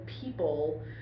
people